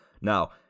Now